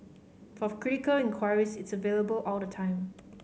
for critical inquiries it's available all the time